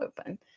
open